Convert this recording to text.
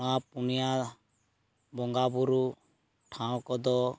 ᱱᱚᱣᱟ ᱯᱚᱱᱭᱟ ᱵᱚᱸᱜᱟ ᱵᱩᱨᱩ ᱴᱷᱟᱶ ᱠᱚᱫᱚ